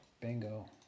Bingo